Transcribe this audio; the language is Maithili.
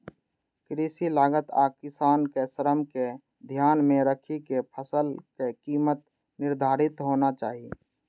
कृषि लागत आ किसानक श्रम कें ध्यान मे राखि के फसलक कीमत निर्धारित होना चाही